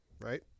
right